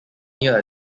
near